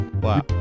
Wow